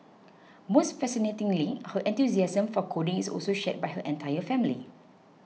most fascinatingly her enthusiasm for coding is also shared by her entire family